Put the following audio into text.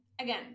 Again